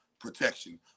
protection